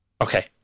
Okay